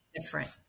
different